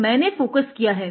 तो मैंने फोकस किया है